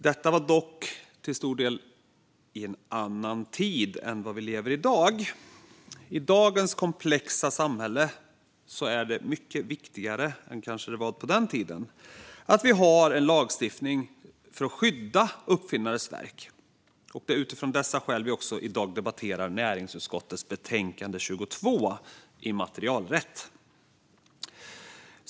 Detta skedde dock till stor del i en annan tid än den vi i dag lever i. I dagens komplexa samhälle är det kanske mycket viktigare än det var då att vi har en lagstiftning för att skydda uppfinnares verk. Det är utifrån detta som vi i dag debatterar näringsutskottets betänkande 22 I mmaterialrätt .